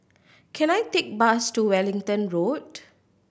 can I take bus to Wellington Road